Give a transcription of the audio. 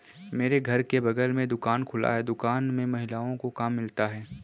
मेरे घर के बगल में दुकान खुला है दुकान में महिलाओं को काम मिलता है